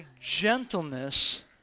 gentleness